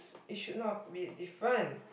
it should not be different